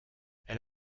elle